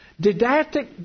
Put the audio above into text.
didactic